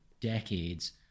decades